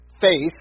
faith